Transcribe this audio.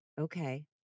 Okay